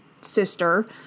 sister